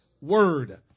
word